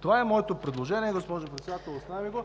Това е моето предложение, госпожо Председател. Оставям Ви го.